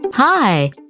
Hi